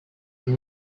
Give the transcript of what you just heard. are